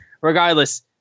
regardless